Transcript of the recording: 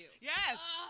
Yes